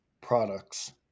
products